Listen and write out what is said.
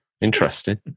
Interesting